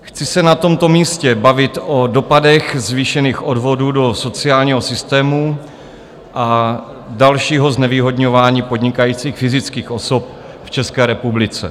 Chci se na tomto místě bavit o dopadech zvýšených odvodů do sociálního systému a dalšího znevýhodňování podnikajících fyzických osob v České republice.